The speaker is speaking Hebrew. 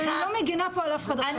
אבל אני לא מגנה פה על אף אחד עכשיו,